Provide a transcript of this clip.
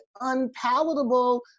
unpalatable